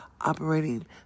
operating